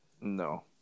No